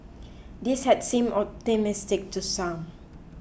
this had seemed optimistic to some